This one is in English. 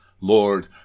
lord